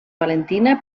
valentina